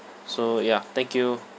so ya thank you